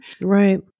Right